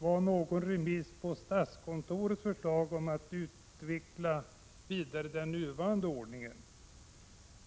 någon remiss av statskontorets förslag om att vidareutveckla den nuvarande ordningen.